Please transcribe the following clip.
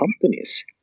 companies